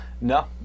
No